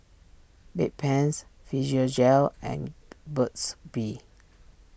Bedpans Physiogel and Burt's Bee